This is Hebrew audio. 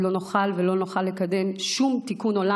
לא נוכל לקדם שום תיקון עולם,